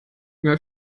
mir